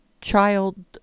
child